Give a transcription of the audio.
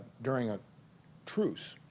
during a truce